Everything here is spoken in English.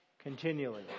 Continually